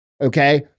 Okay